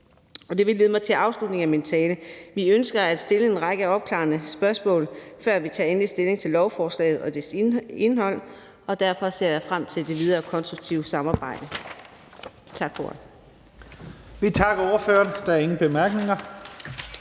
det fører mig til afslutningen af min tale. Vi ønsker at stille en række opklarende spørgsmål, før vi tager endelig stilling til lovforslaget og dets indhold, og derfor ser jeg frem til det videre konstruktive samarbejde.